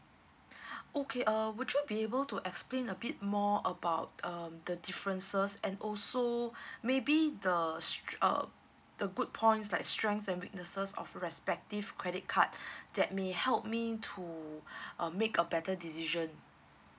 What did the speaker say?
okay uh would you be able to explain a bit more about um the differences and also maybe the s~ uh the good points like strengths and weaknesses of respective credit card that may help me to um make a better decision